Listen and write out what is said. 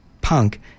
punk